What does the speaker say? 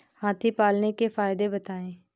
हाथी पालने के फायदे बताए?